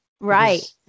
Right